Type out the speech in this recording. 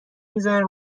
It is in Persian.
میزنه